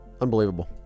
unbelievable